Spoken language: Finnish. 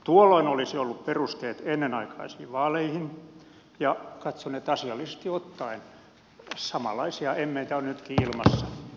tuolloin olisi ollut perusteet ennenaikaisiin vaaleihin ja katson että asiallisesti ottaen samanlaisia emmeitä on nytkin ilmassa